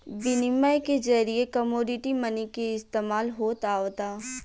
बिनिमय के जरिए कमोडिटी मनी के इस्तमाल होत आवता